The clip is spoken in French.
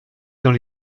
dans